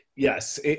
Yes